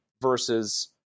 Versus